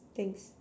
thanks